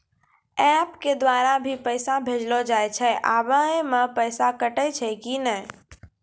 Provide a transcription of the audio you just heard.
App के द्वारा भी पैसा भेजलो जाय छै आबै मे पैसा कटैय छै कि नैय?